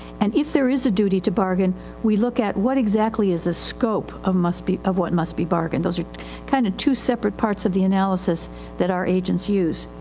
and if there is a duty to bargain we look at what exactly is the scope of must be, of what must be bargained. those are kind of two separate parts of the analysis that our agents use.